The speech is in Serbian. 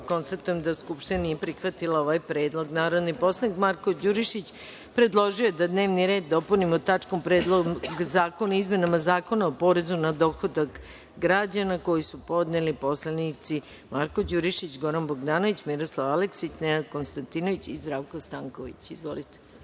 niko. Konstatujem da Skupština nije prihvatila ovaj predlog. Narodni poslanik Marko Đurišić predložio je da se dnevni red sednice dopuni tačkom – Predlog zakona o izmenama Zakona o porezu na dohodak građana, koji su podneli poslanici Marko Đurišić, Goran Bogdanović, Miroslav Aleksić, Nenad Konstantinović i Zdravko Stanković. Izvolite.